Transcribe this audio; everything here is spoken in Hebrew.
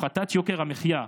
הפחתת יוקר המחיה,